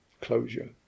closure